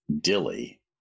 Dilly